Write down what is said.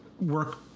work